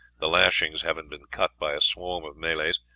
the lashings having been cut by a swarm of malays,